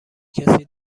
کسی